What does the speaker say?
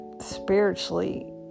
spiritually